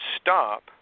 stop